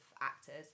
actors